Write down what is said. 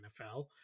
NFL